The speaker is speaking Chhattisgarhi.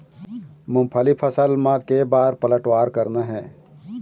मूंगफली फसल म के बार पलटवार करना हे?